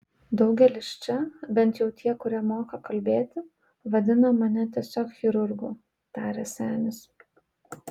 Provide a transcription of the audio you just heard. daugelis čia bent jau tie kurie moka kalbėti vadina mane tiesiog chirurgu tarė senis